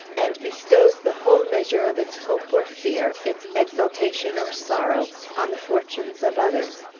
and bestows the whole measure of its hope or fear, its exultation or sorrow, on the fortunes of others,